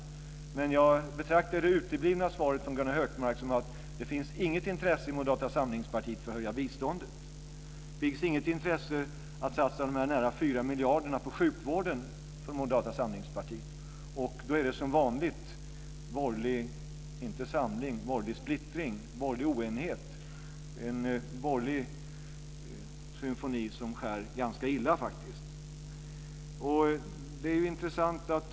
Men jag betraktar det uteblivna svaret från Gunnar Hökmark som att det inte finns något intresse i Moderata samlingspartiet för att höja biståndet. Det finns inget intresse i Moderata samlingspartiet för att satsa de nära 4 miljarderna på sjukvården. Då är det som vanligt inte borgerlig samling, utan borgerlig splittring och borgerlig oenighet - en borgerlig symfoni som skär ganska illa.